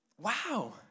Wow